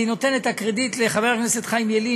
אני נותן את הקרדיט לחבר הכנסת חיים ילין,